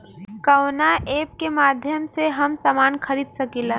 कवना ऐपके माध्यम से हम समान खरीद सकीला?